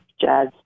jazz